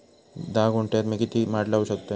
धा गुंठयात मी किती माड लावू शकतय?